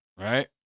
Right